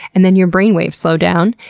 and then your brain waves slow down,